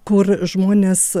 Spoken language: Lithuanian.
kur žmonės